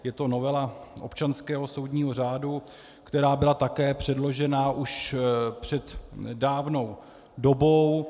Je to novela občanského soudního řádu, která byla také předložena už před dávnou dobou.